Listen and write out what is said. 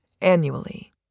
annually